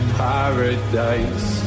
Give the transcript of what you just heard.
paradise